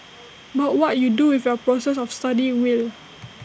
but what you do with your process of study will